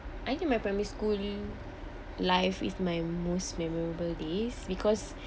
I think my primary school life is my most memorable days because